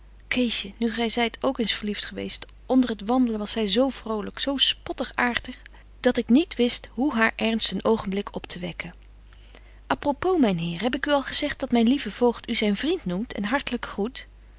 keesje nu gy zyt ook eens verlieft geweest onder het wandelen was zy zo vrolyk zo spottig aartig dat ik niet wist hoe haar ernst een oogenblik optewekken apropos myn heer heb ik u al gezegt dat myn lieve voogd u zyn vriend noemt en hartelyk groet